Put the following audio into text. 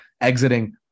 exiting